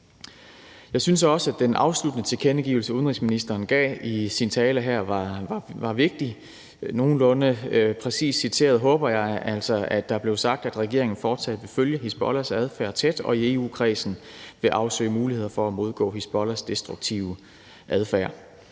Jeg synes også, den afsluttende tilkendegivelse, udenrigsministeren gav i sin tale her, var vigtig. Nogenlunde præcist citeret – håber jeg altså – blev der sagt, at regeringen fortsat vil følge Hizbollahs adfærd tæt og i EU-kredsen afsøge muligheder for at modgå Hizbollahs destruktive adfærd.